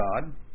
God